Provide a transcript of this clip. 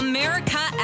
America